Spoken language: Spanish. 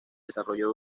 desarrolló